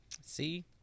See